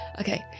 Okay